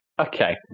Okay